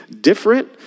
different